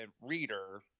reader